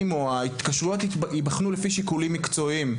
או ההתקשרויות ייבחנו לפי שיקולים מקצועיים.